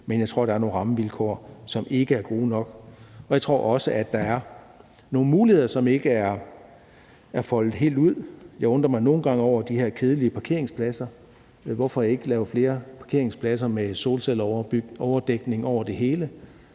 men jeg tror, at der er nogle rammevilkår, der ikke er gode nok. Jeg tror også, at der er nogle muligheder, der ikke er foldet helt ud. Jeg undrer mig nogle gange over de her kedelige parkeringspladser. Hvorfor ikke lave flere parkeringspladser med en solcelleoverdækning? Så kan